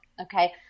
Okay